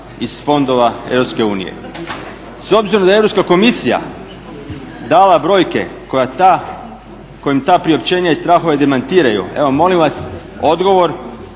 unije. S obzirom da je Europska komisija dala brojke kojim ta priopćenja i strahove demantiraju evo molim vas odgovor